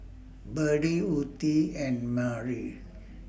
Berdie Ottie and Merry